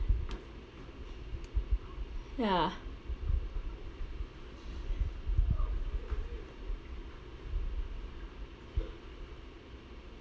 ya